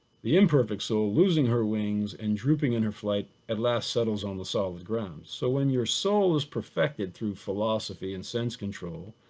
the imperfect soul losing her wings and drooping in her flight at last settles on the solid ground. so when your soul is perfected through philosophy and sense control,